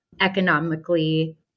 economically